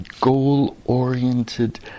goal-oriented